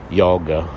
yoga